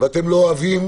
ואתם לא אוהבים